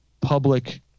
public